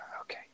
okay